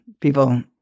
people